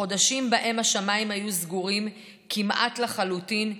בחודשים שבהם השמיים היו סגורים כמעט לחלוטין,